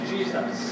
Jesus